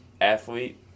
athlete